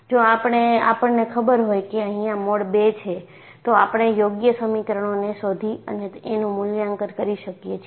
જો આપણને ખબર હોય કે અહિયાં મોડ 2 છે તો આપણે યોગ્ય સમીકરણોને શોધી અને એનું મૂલ્યાંકન કરી શકીએ છીએ